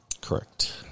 Correct